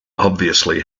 obviously